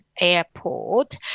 airport